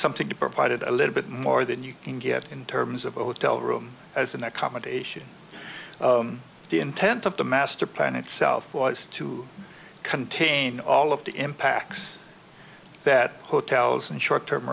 something to provide it a little bit more than you can get in terms of odell room as an accommodation the intent of the master plan itself was to contain all of the impacts that hotels and short term